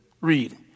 Read